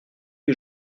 les